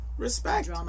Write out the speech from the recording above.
respect